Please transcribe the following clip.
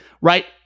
right